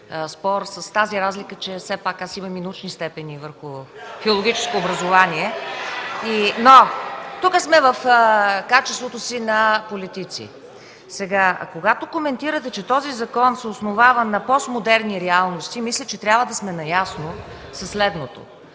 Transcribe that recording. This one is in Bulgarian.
спор, с тази разлика, че аз все пак имам и научни степени, филологическо образование, но тук сме в качеството си на политици. (Възгласи: „Е е-е!” от ГЕРБ.) Когато коментирате, че този закон се основава на постмодерни реалности, мисля, че трябва да сме наясно със следното